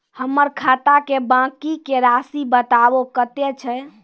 हमर खाता के बाँकी के रासि बताबो कतेय छै?